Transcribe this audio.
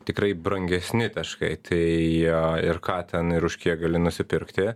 tikrai brangesni taškai tai ir ką ten ir už kiek gali nusipirkti